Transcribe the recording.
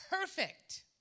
perfect